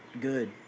good